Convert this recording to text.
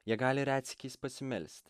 jie gali retsykiais pasimelst